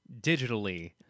digitally